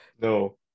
No